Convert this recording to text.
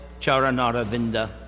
Charanaravinda